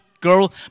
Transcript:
girl